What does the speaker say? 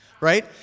Right